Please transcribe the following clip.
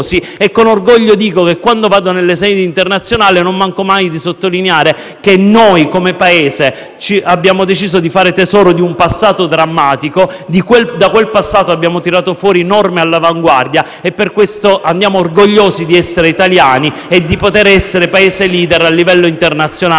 e con orgoglio dico che quando vado nelle sedi internazionali non manco mai di sottolineare che noi, come Paese, abbiamo deciso di fare tesoro di un passato drammatico. Da quel passato abbiamo tratto norme all'avanguardia e per questo andiamo orgogliosi di essere italiani e di poter essere *leader* a livello internazionale